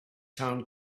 town